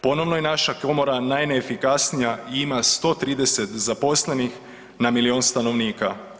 Ponovno je naša komora najneefikasnija i ima 130 zaposlenih na milijun stanovnika.